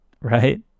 Right